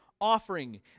offering